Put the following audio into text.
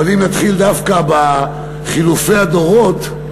אבל אם נתחיל דווקא בחילופי הדורות,